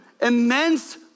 immense